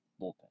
bullpen